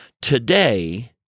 Today